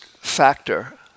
factor